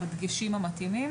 הצלילה.